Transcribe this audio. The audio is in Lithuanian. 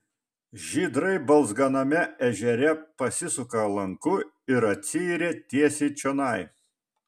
žydrai balzganame ežere pasisuka lanku ir atsiiria tiesiai čionai